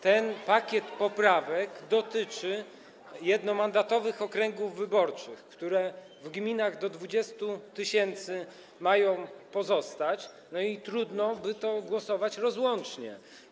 Ten pakiet poprawek dotyczy jednomandatowych okręgów wyborczych, które w gminach do 20 tys. mają pozostać, i trudno, żeby nad tym głosować rozłącznie.